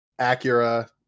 acura